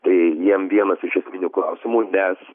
tai jiem vienas iš esminių klausimų nes